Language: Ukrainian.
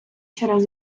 через